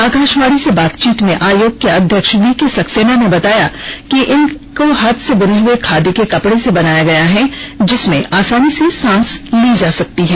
आकाशवाणी से बातचीत में आयोग के अध्यक्ष वी के सक्सेना ने बताया कि इनको हाथ से बुने हुए खादी के कपडे से बनाया गया है जिसमें आसानी से सांस ली जा सकती है